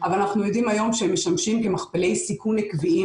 אבל אנחנו יודעים היום שהם משמשים כמכפילי סיכון עקביים